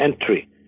entry